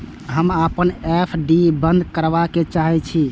हम अपन एफ.डी बंद करबा के चाहे छी